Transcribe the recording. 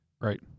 Right